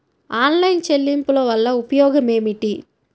Online చెల్లింపుల వల్ల ఉపయోగమేమిటీ?